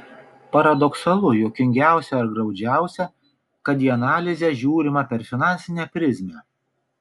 paradoksalu juokingiausia ar graudžiausia kad į analizę žiūrima per finansinę prizmę